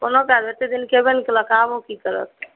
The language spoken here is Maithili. कोनो काज एतय दिन केबे नहि केलक आब ओ की करत